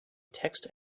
text